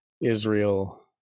Israel